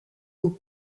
aux